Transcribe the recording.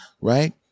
Right